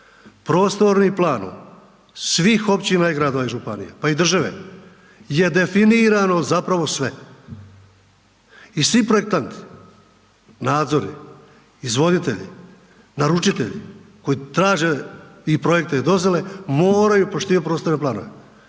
Prostornim planom svih općina i gradova i županija, pa i države je definirano zapravo sve. I svi projektanti, nadzori, izvoditelji, naručitelji koji traže i projekte i dozvole moraju poštivati prostorne planove.